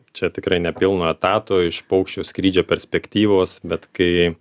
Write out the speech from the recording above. čia tikrai ne pilnu etatu iš paukščio skrydžio perspektyvos bet kai